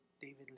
David